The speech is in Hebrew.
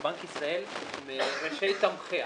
שבנק ישראל הוא מראשי תומכיה.